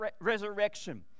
resurrection